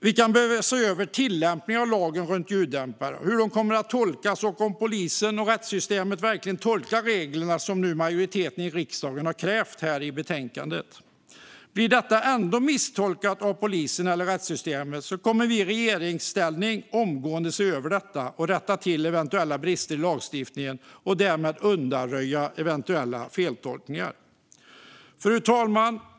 Vi kan behöva se över tillämpningen av lagen runt ljuddämpare, hur den kommer att tolkas och om polisen och rättssystemet verkligen tolkar reglerna som majoriteten i riksdagen nu har krävt här i betänkandet. Blir detta ändå misstolkat av polisen eller rättssystemet kommer vi i regeringsställning omgående att se över detta och rätta till eventuella brister i lagstiftningen och därmed undanröja eventuella feltolkningar. Fru talman!